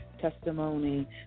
testimony